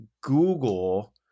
Google